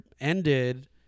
ended